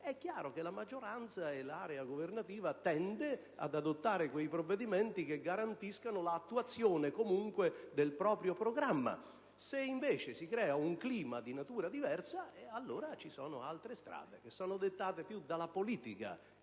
è chiaro che la maggioranza e l'area governativa tendono ad adottare quei provvedimenti che garantiscano, comunque, l'attuazione del proprio programma. Invece, se si instaura un clima di natura diversa, allora vi sono altre strade, dettate più dalla politica